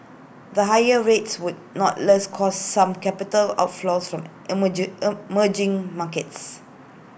the higher rates would nonetheless cause some capital outflows from emerge emerging markets